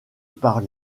par